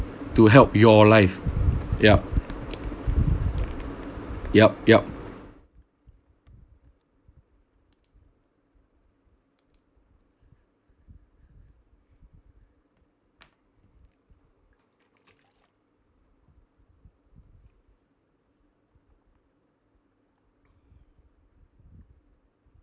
to help your life yup yup yup